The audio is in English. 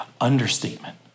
understatement